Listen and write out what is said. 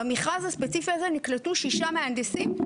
במכרז הספציפי הזה נקלטו ששה מהנדסים,